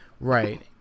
right